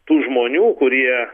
tų žmonių kurie